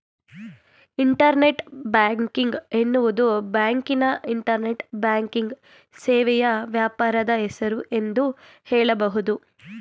internet banking ಎನ್ನುವುದು ಬ್ಯಾಂಕಿನ internet banking ಸೇವೆಯ ವ್ಯಾಪಾರದ ಹೆಸರು ಎಂದು ಹೇಳಬಹುದು